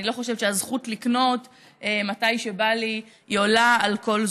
ואני לא חושבת שהזכות לקנות כשבא לי עולה על כל זכות,